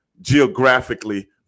geographically